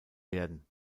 werden